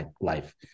life